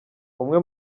umwe